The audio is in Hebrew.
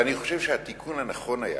אני חושב שהתיקון הנכון היה